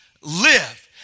live